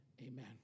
amen